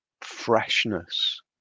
freshness